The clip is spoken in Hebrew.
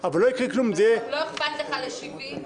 אז תחול חובת שקיפות במצבים האלה.